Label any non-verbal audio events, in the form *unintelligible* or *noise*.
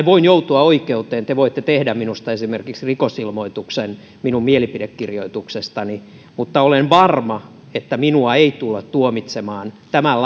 *unintelligible* voin joutua oikeuteen te voitte tehdä minusta esimerkiksi rikosilmoituksen minun mielipidekirjoituksestani mutta olen varma että minua ei tulla tuomitsemaan tämän *unintelligible*